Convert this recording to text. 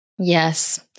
Yes